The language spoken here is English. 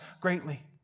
greatly